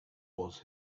was